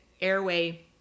airway